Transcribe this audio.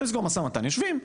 כשרוצים לסגור מו"מ יושבים.